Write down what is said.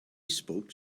spoke